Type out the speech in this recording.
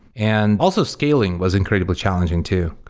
and also scaling was incredibly challenging too.